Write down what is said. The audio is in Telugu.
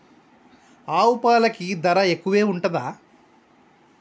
ఆవు పాలకి ధర ఎక్కువే ఉంటదా?